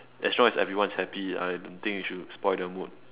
as long as everyone is happy I don't think you should spoil the mood